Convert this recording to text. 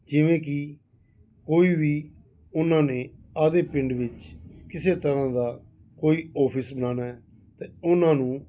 ਜਿਵੇਂ ਕਿ ਕੋਈ ਵੀ ਉਨ੍ਹਾਂ ਨੇ ਆਪਣੇ ਪਿੰਡ ਵਿੱਚ ਕਿਸੇ ਤਰ੍ਹਾਂ ਦਾ ਕੋਈ ਓਫਿਸ ਬਣਾਉਣਾ ਹੈ ਤਾਂ ਉਨ੍ਹਾਂ ਨੂੰ